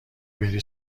بری